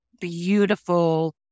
beautiful